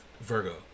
Virgo